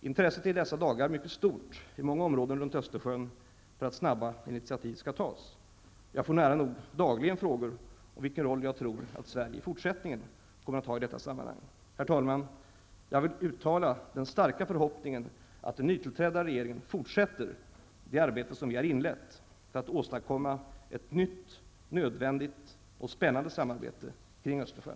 Intresset är i dessa dagar mycket stort i många områden runt Östersjön för att snabba initiativ skall tas. Jag får nära nog dagligen frågor om vilken roll jag tror att Sverige i fortsättnngen kommer att ha i detta sammanhang. Herr talman! Jag vill uttala den starka förhoppningen att den nytillträdda regeringen fortsätter det arbete som vi har inlett för att åstadkomma ett nytt, nödvändigt och spännande samarbete kring Östersjön.